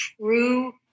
true